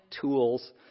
tools